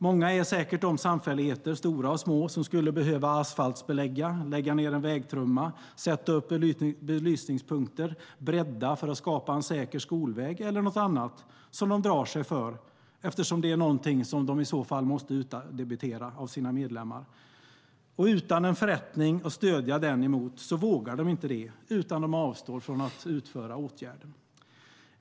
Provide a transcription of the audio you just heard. Många är säkert de samfälligheter, stora och små, som skulle behöva asfaltbelägga, lägga ned en vägtrumma, sätta upp belysningspunkter, bredda för att skapa en säker skolväg, eller något annat som de drar sig för eftersom det är något de i så fall måste utdebitera av sina medlemmar. Utan en förrättning att stödja utdebiteringen mot vågar de inte och avstår från att utföra åtgärden.